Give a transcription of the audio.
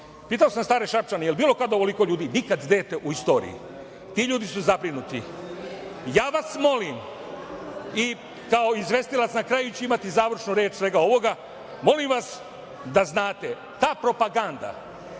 Pitao sam stare Šapčane – jel bilo kad ovoliko ljudi? Nikad, dete, u istoriji. Ti ljudi su zabrinuti. Ja vas molim, kao izvestilac, na kraju ću imati završnu reč svega ovoga, molim vas da znate, ta propaganda